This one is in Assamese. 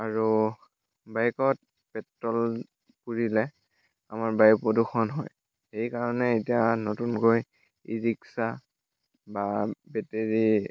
আৰু বাইকত পেট্ৰল পুৰিলে আমাৰ বায়ু প্ৰদূষণ হয় সেইকাৰণে এতিয়া নতুনকৈ ই ৰিক্সা বা বেটেৰী